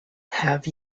have